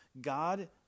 God